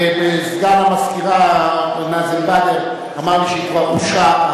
סגן המזכירה, נאזם בדר, אמר לי שהיא כבר הוגשה,